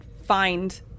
find